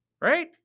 Right